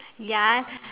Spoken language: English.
ya